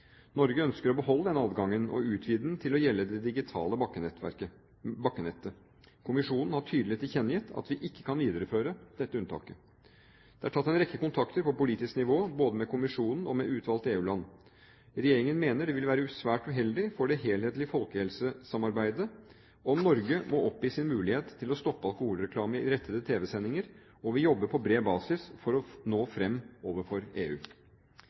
Norge ønsker å beholde denne adgangen og utvide den til å gjelde det digitale bakkenettet. Kommisjonen har tydelig tilkjennegitt at vi ikke kan videreføre dette unntaket. Det er tatt en rekke kontakter på politisk nivå, både med kommisjonen og med utvalgte EU-land. Regjeringen mener det ville være svært uheldig for det helhetlige folkehelsesamarbeidet om Norge må oppgi sin mulighet til å stoppe alkoholreklame i rettede tv-sendinger, og vil jobbe på bred basis for å nå fram overfor EU.